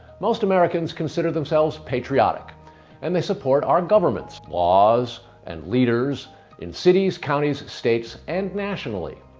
most americans consider themselves patriotic and they support our government's laws and leaders in cities, counties, states and nationally.